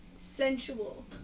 sensual